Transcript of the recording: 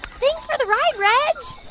thanks for the ride, reg